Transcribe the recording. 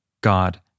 God